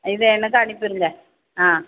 இதை எனக்கு அனுப்பிருங்க ஆ